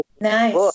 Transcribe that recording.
Nice